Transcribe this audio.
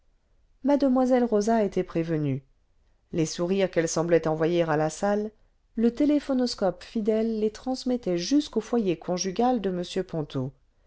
m le posa était prévenue les sourires qu'elle semblait envoyer à la salle lé téléphonoscope fidèle les transmettait jusqu'au foyer conjugal de m ponto